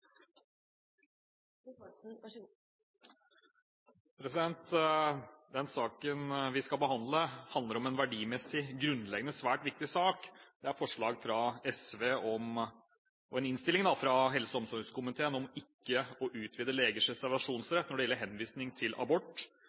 Den saken vi skal behandle, handler om en verdimessig grunnleggende svært viktig sak. Det er forslag fra SV og en innstilling fra helse- og omsorgskomiteen om ikke å utvide legers reservasjonsrett når det gjelder henvisning til abort,